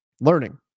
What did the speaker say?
learning